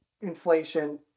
inflation